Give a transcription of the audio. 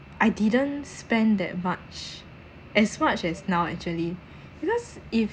I didn't spend that much as much as now actually because if